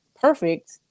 perfect